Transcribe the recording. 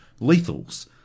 lethals